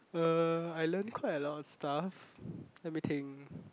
uh I learn quite a lot of stuff let me think